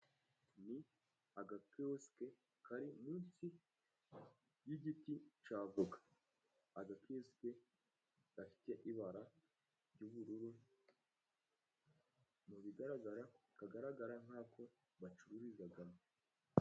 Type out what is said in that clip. Ni agakiyosike kari munsi y'igiti cy'avoka, agakiyosike gafite ibara ry'ubururu, mu bigaragara, kagaragara nk'ako bacururizamo.